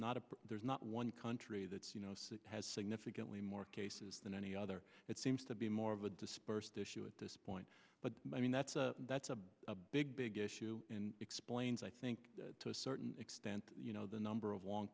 not a there's not one country that's you know six has significantly more cases than any other it seems to be more of a dispersed issue at this point but i mean that's a that's a big big issue in explains i think to a certain extent you know the number of long